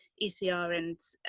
easier and.